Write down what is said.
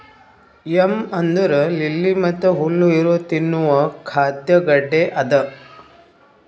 M ಅಂದುರ್ lily ಮತ್ತ ಹುಲ್ಲು ಇರೊ ತಿನ್ನುವ ಖಾದ್ಯ ಗಡ್ಡೆ ಅದಾ